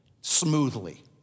smoothly